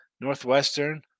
Northwestern